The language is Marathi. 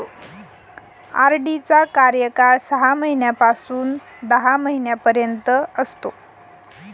आर.डी चा कार्यकाळ सहा महिन्यापासून दहा महिन्यांपर्यंत असतो